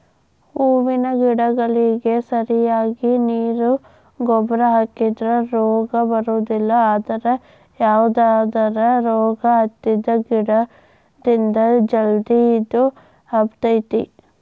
ಹೂವಿನ ಗಿಡಗಳಿಗೆ ಸರಿಯಾಗಿ ನೇರು ಗೊಬ್ಬರ ಹಾಕಿದ್ರ ರೋಗ ಬರೋದಿಲ್ಲ ಅದ್ರ ಯಾವದರ ರೋಗ ಹತ್ತಿದ ಗಿಡದಿಂದ ಜಲ್ದಿ ಇದು ಹಬ್ಬತೇತಿ